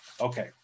Okay